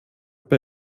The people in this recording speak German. bei